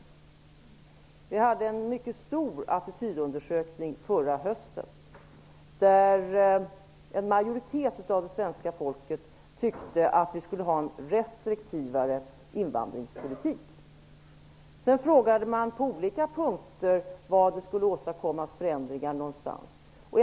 Vi hade en mycket stor attitydundersökning förra hösten. En majoritet av det svenska folket tyckte att vi skulle ha en restriktivare invandringspolitik. Sedan frågade man på olika punkter var förändringar skulle åstadkommas.